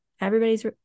everybody's